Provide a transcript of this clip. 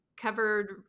covered